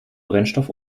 brennstoff